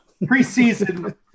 preseason